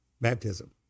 Baptism